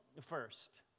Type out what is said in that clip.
first